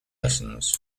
lessons